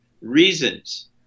reasons